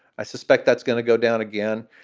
i suspect that's going to go down again.